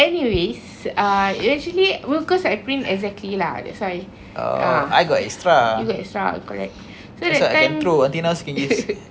anyways uh it actually works I print exactly lah that's why ah you got extra correct so that time